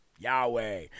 Yahweh